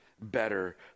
Better